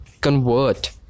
convert